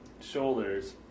shoulders